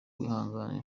wihangane